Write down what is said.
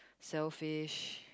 selfish